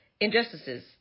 injustices